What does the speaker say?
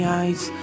eyes